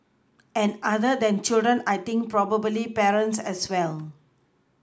and other than children I think probably parents as well